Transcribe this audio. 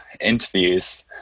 interviews